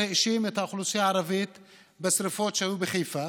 האשים את האוכלוסייה הערבית בשרפות שהיו בחיפה